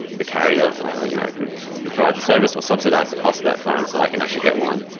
the carrier you know who who provides the service will subsidise the cost of that phone so i can actually get one.